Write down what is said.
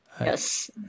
Yes